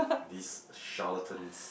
these charlatans